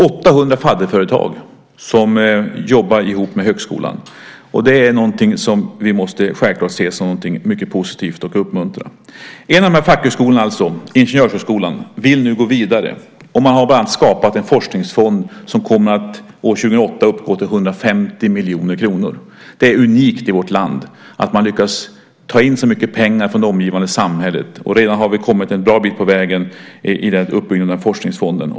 800 fadderföretag jobbar ihop med högskolan. Det måste vi se som mycket positivt och uppmuntra. En av fackhögskolorna, Ingenjörshögskolan, vill nu gå vidare. Bland annat har man skapat en forskningsfond som år 2008 kommer att uppgå till 150 miljoner kronor. Det är unikt i vårt land att man lyckas ta in så mycket pengar från det omgivande samhället. Vi har redan kommit en bra bit på väg i uppbyggnaden av forskningsfonden.